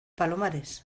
palomares